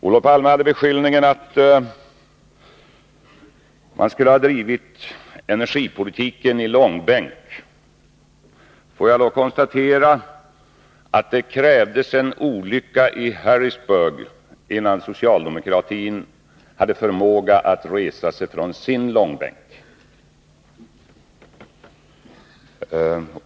Olof Palme framförde beskyllningen att vi hade drivit energipolitiken i långbänk. Jag vill då påstå att det krävdes en olycka i Harrisburg, innan socialdemokratin fick förmåga att resa sig från sin långbänk.